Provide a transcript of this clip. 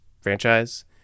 franchise